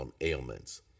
ailments